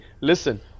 listen